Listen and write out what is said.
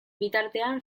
bitartean